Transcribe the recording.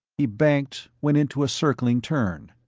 he banked, went into a circling turn.